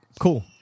Cool